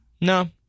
No